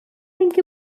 think